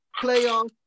playoff